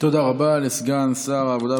תודה רבה לסגן שר העבודה,